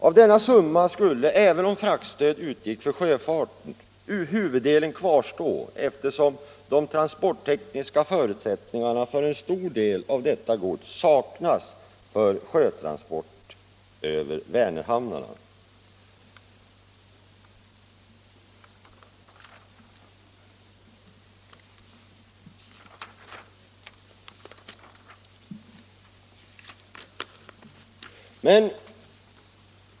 Av denna summa skulle, även om fraktstöd utgick för sjöfarten, huvuddelen kvarstå, eftersom de transporttekniska förutsättningarna för en stor del av detta gods saknas för sjötransport över Vänerhamnarna.